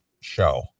show